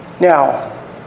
Now